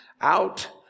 out